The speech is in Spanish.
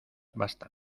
bastan